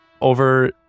over